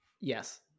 Yes